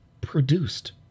produced